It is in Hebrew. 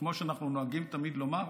וכמו שאנחנו נוהגים תמיד לומר,